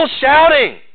shouting